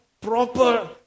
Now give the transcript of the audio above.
proper